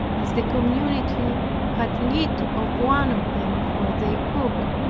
as the community had need of one of them for their cook,